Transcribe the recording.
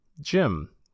Jim